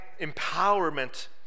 empowerment